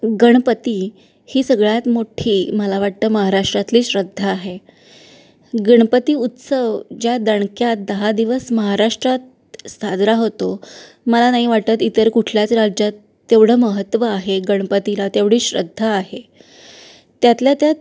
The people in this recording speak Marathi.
गणपती ही सगळ्यात मोठी मला वाटतं महाराष्ट्रातली श्रद्धा आहे गणपती उत्सव ज्या दणक्यात दहा दिवस महाराष्ट्रात साजरा होतो मला नाही वाटत इतर कुठल्याच राज्यात तेवढं महत्त्व आहे गणपतीला तेवढी श्रद्धा आहे त्यातल्या त्यात